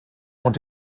und